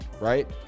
right